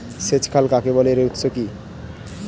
সেচ খাল কাকে বলে এর উৎস কি?